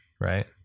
right